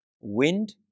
wind